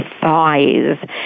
thighs